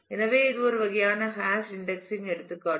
எனவே இது ஒரு வகையான ஹாஷ் இன்டெக்ஸிங் எடுத்துக்காட்டு